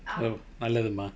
oh நல்லதுமா:nallathumaa